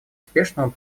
успешному